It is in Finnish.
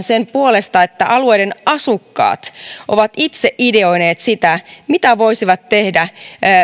sen puolesta että alueiden asukkaat ovat itse ideoineet sitä mitä voisivat tehdä